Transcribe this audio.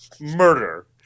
murder